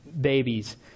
babies